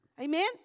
Amen